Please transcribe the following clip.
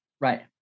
right